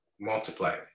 multiply